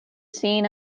seeing